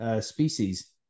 species